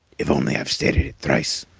if only i've stated it thrice.